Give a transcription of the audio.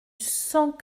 cent